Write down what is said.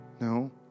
No